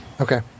Okay